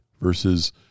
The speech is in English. versus